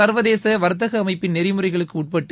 சா்வதேச வாத்தக அமைப்பின் நெறிமுறைகளுக்கு உட்பட்டு